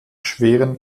schweren